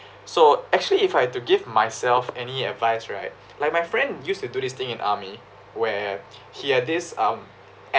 so actually if I had to give myself any advice right like my friend used to do this thing in army where he had this um